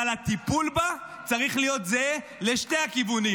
אתה יודע כמה מסיתים?